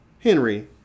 Henry